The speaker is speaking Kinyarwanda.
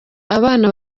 abana